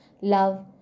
love